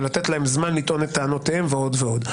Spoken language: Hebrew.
ולתת להם זמן לטעון את טענותיהם ועוד ועוד.